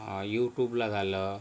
यूट्युबला झालं